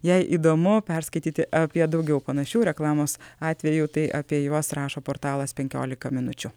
jei įdomu perskaityti apie daugiau panašių reklamos atvejų tai apie juos rašo portalas penkiolika minučių